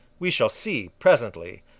we shall see, presently,